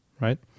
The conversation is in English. right